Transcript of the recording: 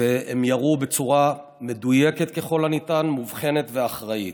והם ירו בצורה מדויקת ככל הניתן, מובחנת ואחראית.